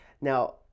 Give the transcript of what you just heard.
Now